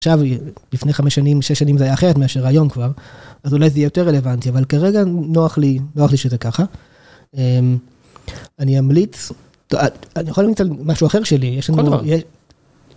עכשיו לפני חמש שנים, שש שנים זה היה אחרת מאשר היום כבר אז אולי זה יהיה יותר רלוונטי אבל כרגע נוח לי, נוח לי שזה ככה, אני אמליץ, אני יכול למצוא משהו אחר שלי, יש לנו, יש.